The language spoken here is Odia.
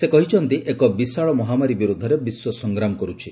ସେ କହିଛନ୍ତି ଏକ ବିଶାଳ ମହାମାରୀ ବିରୋଧରେ ବିଶ୍ୱ ସଂଗ୍ରାମ କରୁଛି